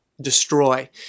destroy